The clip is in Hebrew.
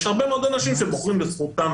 יש הרבה מאוד אנשים שבוחרים וזכותם